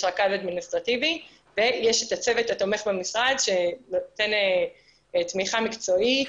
יש רכז אדמיניסטרטיבי ויש את הצוות התומך במשרד שנותן תמיכה מקצועית.